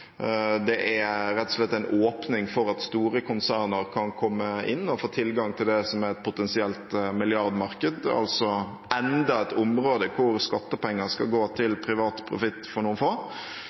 Det er rett og slett en åpning for at store konsern kan komme inn og få tilgang til det som er et potensielt milliardmarked, altså enda et område der skattepenger skal gå til privat profitt for noen få.